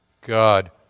God